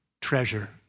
treasure